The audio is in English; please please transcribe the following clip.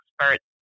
experts